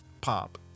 pop